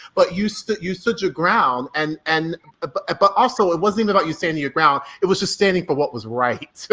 but you stood you stood your ground. and and ah but but also it wasn't even about you standing your ground, it was just standing for what was right, so